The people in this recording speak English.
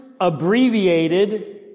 abbreviated